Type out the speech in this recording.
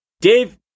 Dave